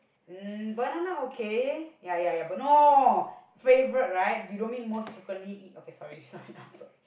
mm banana okay ya ya ya but no favourite right you don't mean most frequently eat okay sorry sorry I'm sorry